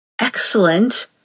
Excellent